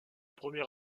premier